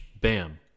bam